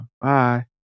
bye